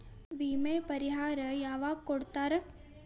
ವಿಮೆ ಪರಿಹಾರ ಯಾವಾಗ್ ಕೊಡ್ತಾರ?